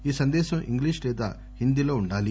ఈ సందేశం ఇంగ్లీష్ లేదా హిందీలో ఉండాలి